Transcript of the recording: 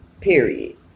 period